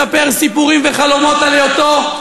מספר סיפורים וחלומות על היותו,